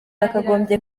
yakagombye